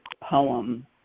poem